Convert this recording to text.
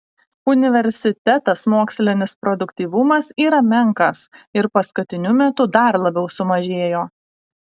universitetas mokslinis produktyvumas yra menkas ir paskutiniu metu dar labiau sumažėjo